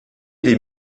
des